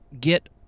get